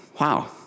wow